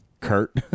kurt